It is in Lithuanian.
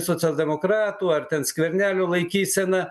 socialdemokratų ar ten skvernelio laikyseną